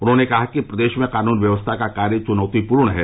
उन्होंने कहा कि प्रदेश में क़ानून व्यवस्था का कार्य चुनौती पूर्ण है